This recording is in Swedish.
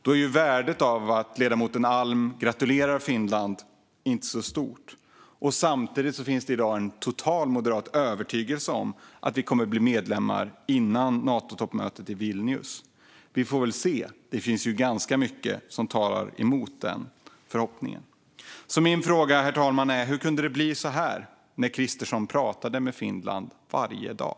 Då är värdet av att ledamoten Alm gratulerar Finland inte så stort. Samtidigt finns det i dag en total moderat övertygelse om att Sverige kommer att bli medlem före Natotoppmötet i Vilnius. Vi får väl se - det finns ju ganska mycket som talar emot den förhoppningen. Min fråga, herr talman, är: Hur kunde det bli så här när Kristersson pratade med Finland varje dag?